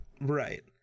Right